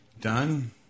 done